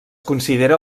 considera